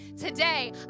Today